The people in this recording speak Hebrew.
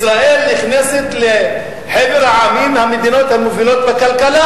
ישראל נכנסת לחבר העמים, המדינות המובילות בכלכלה.